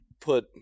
put